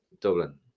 Dublin